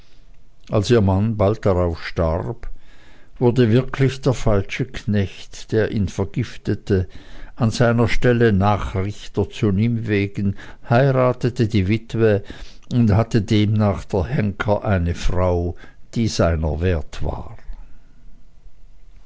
als ihr mann bald darauf starb wurde wirklich der falsche knecht der ihn vergiftete an seiner stelle nachrichter zu nimwegen heiratete die witwe und hatte demnach der henker eine frau die seiner wert war